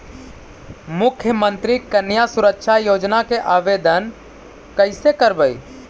मुख्यमंत्री कन्या सुरक्षा योजना के आवेदन कैसे करबइ?